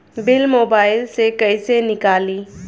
Bill mobile से कईसे निकाली?